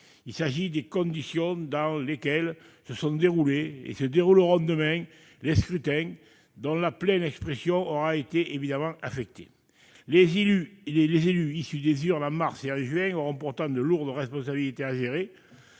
Il s'agit des conditions dans lesquelles se sont déroulés, et se dérouleront demain, les scrutins dont la pleine expression se trouve manifestement affectée. Les élus désignés par les urnes en mars et en juin 2020 auront pourtant de lourdes responsabilités à assumer,